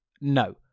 No